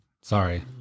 Sorry